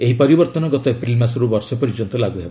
ଏହି ପରିବର୍ତ୍ତନ ଗତ ଏପ୍ରିଲ୍ ମାସରୁ ବର୍ଷେ ପର୍ଯ୍ୟନ୍ତ ଲାଗୁ ହେବ